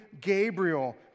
Gabriel